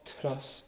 trust